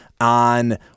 on